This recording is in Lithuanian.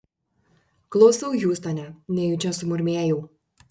klausau hiūstone nejučia sumurmėjau